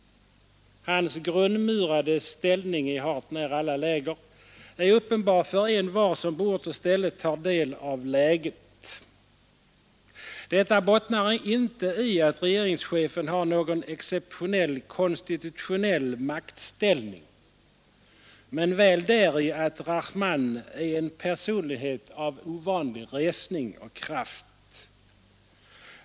Hans grundmurade ställning i hart när alla läger är uppenbar för envar som på ort och ställe tar del av läget. Den bottnar inte i att regeringschefen har någon exceptionell konstitutionell maktställning, men väl däri att Rahman är en personlighet av ovanlig resning och kraft.